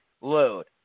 load